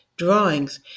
drawings